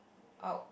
out